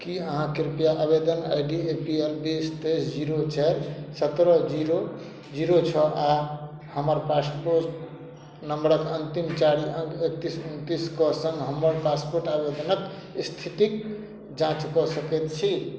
की अहाँ कृपया आवेदन I D A P L बीस तेइस जीरो चारि सत्रह जीरो जीरो छओ आ हमर पासपोर्ट नंबरक अंतिम चाइर अङ्क एकतीस उनतीस कऽ सङ्ग हमर पासपोर्ट आवेदनक स्थितिक जाँच कऽ सकैत छी